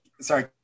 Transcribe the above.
Sorry